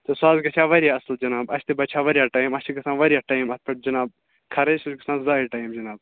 تہِ سُہ حظ گژھِ ہا واریاہ اصٕل جناب اسہِ تہِ بَچہٕ ہا واریاہ ٹایِم اَسہِ چھِ گژھان واریاہ ٹایِم اَتھ پٮ۪ٹھ جناب خرچ سُہ چھِ گژھان زایہِ ٹایِم جناب